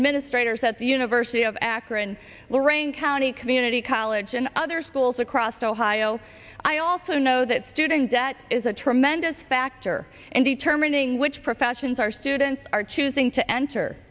administrators at the university of akron lorain county community college and other schools across ohio i also know that student debt is a tremendous factor in determining which professions our students are choosing to enter